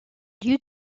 lieu